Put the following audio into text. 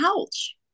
ouch